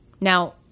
Now